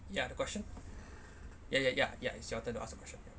ya the question ya ya ya ya it's your turn to ask a question